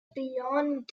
beyond